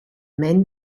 men